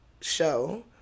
show